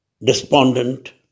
despondent